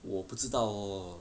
我不知道 uh